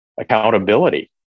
accountability